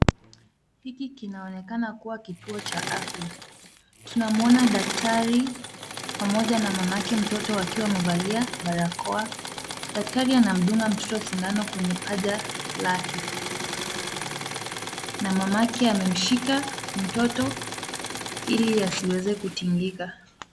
Hiki kinaonekana kua kituo cha afya. Tunamuona daktari pamoja mamake mtoto wakiwa wamevalia barakoa. Daktari anamdunga mtoto sindano kwenye paja lake na mamake amemshika mtoto ili asiweze kutingika.